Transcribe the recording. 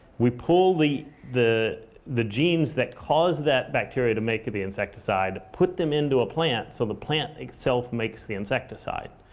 we pull the the genes that cause that bacteria to make the insecticide, put them into a plant, so the plant itself makes the insecticide.